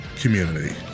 community